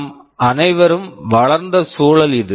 நாம் அனைவரும் வளர்ந்த சூழல் இது